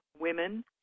women